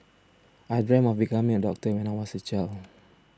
I dreamt of becoming a doctor when I was a child